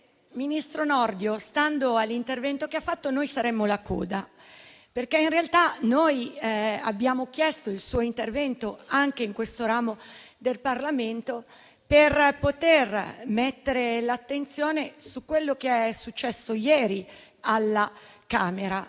ministro Nordio, stando all'intervento che ha fatto noi saremmo la coda, perché in realtà noi abbiamo chiesto il suo intervento anche in questo ramo del Parlamento per porre l'attenzione su quello che è successo ieri alla Camera,